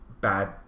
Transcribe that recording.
bad